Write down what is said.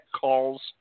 calls